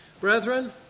Brethren